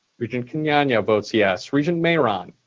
regent kenyanya votes yes. regent mayeron?